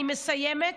אני מסיימת.